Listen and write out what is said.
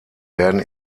werden